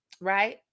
Right